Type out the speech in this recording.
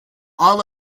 all